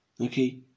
okay